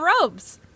robes